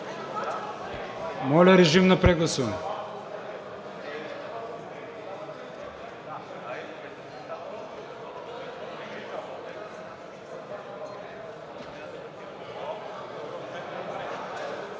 Моля, режим на гласуване